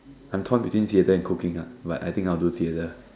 I'm torn between theatre and cooking ah but I think I'll do theatre lah